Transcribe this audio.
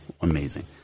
Amazing